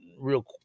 real